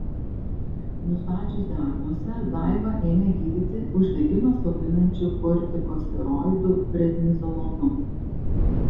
nustačius diagnozę daivą ėmė gydyti uždegimą slopinančiu kortikosteroidu prednizolonu